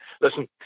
listen